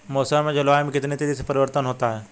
मौसम और जलवायु में कितनी तेजी से परिवर्तन होता है?